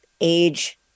age